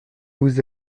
vous